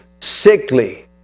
sickly